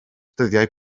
dyddiau